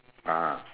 ah